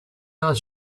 not